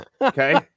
Okay